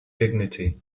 dignity